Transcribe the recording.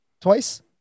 twice